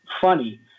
funny